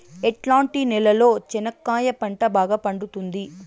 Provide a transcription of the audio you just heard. ఎట్లాంటి నేలలో చెనక్కాయ పంట బాగా పండుతుంది?